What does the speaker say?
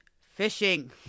fishing